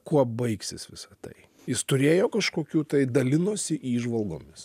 kuo baigsis visa tai jis turėjo kažkokių tai dalinosi įžvalgomis